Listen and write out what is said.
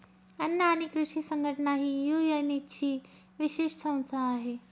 अन्न आणि कृषी संघटना ही युएनची विशेष संस्था आहे